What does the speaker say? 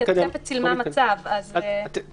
התוספת צילמה מצב, אז --- בואו נתקדם.